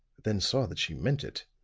then saw that she meant it.